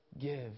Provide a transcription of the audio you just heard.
give